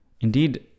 Indeed